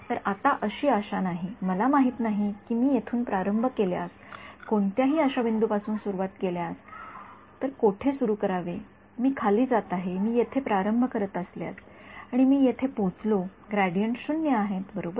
तर आता अशी आशा नाही मला माहित नाही की मी येथून प्रारंभ केल्यास कोणत्याही अशा बिंदूपासून सुरूवात केली तर कोठे सुरू करावे मी खाली जात आहे मी येथे प्रारंभ करत असल्यास आणि मी येथे पोचलो ग्रेडियन्ट 0 आहेत बरोबर